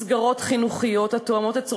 מסגרות חינוכיות התואמות את צורכיהן.